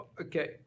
Okay